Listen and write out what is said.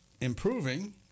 improving